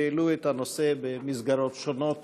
שהעלו את הנושא לנשיאות במסגרות שונות.